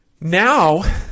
Now